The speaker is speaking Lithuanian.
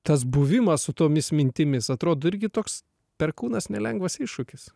tas buvimas su tomis mintimis atrodo irgi toks perkūnas nelengvas iššūkis